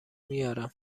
میارم